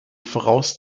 voraus